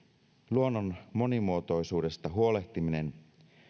luonnon monimuotoisuudesta huolehtiminen